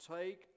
take